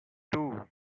two